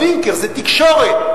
ה"וינקר" זו תקשורת.